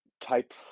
type